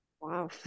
Wow